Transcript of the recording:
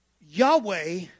Yahweh